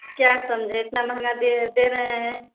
क्या समझे इतना महंगा दे दे रहे हैं